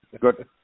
good